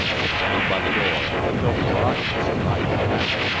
sit down by the door and think over your arguments till i come back.